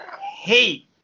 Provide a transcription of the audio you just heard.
hate